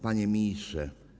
Panie Ministrze!